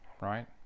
Right